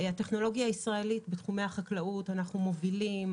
הטכנולוגיה הישראלית בתחומי החקלאות אנחנו מובילים,